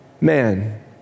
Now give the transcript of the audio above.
man